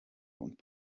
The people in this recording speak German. und